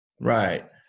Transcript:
Right